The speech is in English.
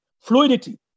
fluidity